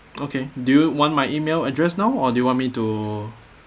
okay do you want my email address now or do you want me to